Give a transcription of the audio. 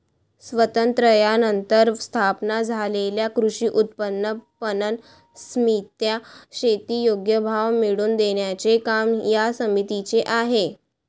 स्वातंत्र्यानंतर स्थापन झालेल्या कृषी उत्पन्न पणन समित्या, शेती योग्य भाव मिळवून देण्याचे काम या समितीचे आहे